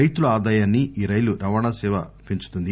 రైతుల ఆదాయాన్ని ఈ రైలు రవాణా సేవ పెంచుతుంది